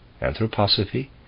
anthroposophy